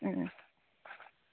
ꯎꯝ ꯎꯝ